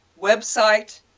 website